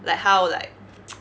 like how like